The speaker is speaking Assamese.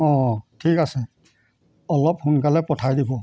অঁ ঠিক আছে অলপ সোনকালে পঠাই দিব